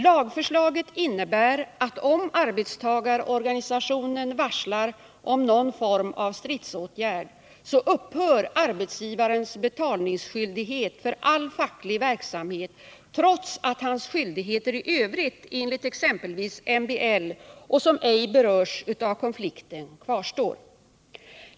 Lagförslaget innebär att om arbetstagarorganisationen varslar om någon form av stridsåtgärd, så upphör arbetsgivarens betalningsskyldighet för all facklig verksamhet, trots att hans skyldigheter i övrigt enligt exempelvis MBL och som ej berörs av konflikten kvarstår.